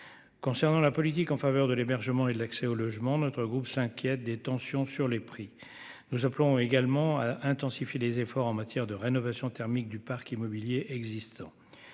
concernant la politique en faveur de l'hébergement et l'accès au logement, notre groupe s'inquiète des tensions sur les prix, nous appelons également à intensifier les efforts en matière de rénovation thermique du parc immobilier existant